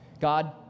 God